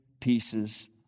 pieces